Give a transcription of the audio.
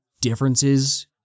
differences